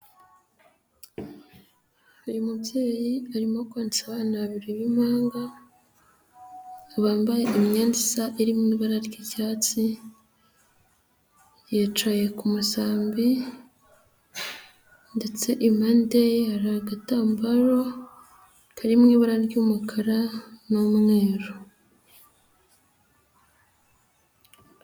Uyu mubyeyi arimo konsa abana babiri b'impanga, bambaye imyenda isa iri mu ibara ry'icyatsi ,yicaye ku musambi ndetse impande ye hari agatambaro kari mu ibara ry'umukara n'umweru.